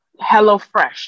HelloFresh